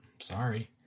Sorry